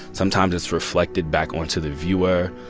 sometimes, it's reflected back onto the viewer.